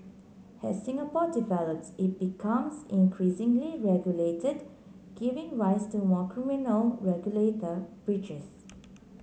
as Singapore develops it becomes increasingly regulated giving rise to more criminal regulator breaches